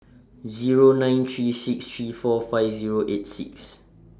Zero nine three six three four five Zero eight six